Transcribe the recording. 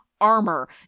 armor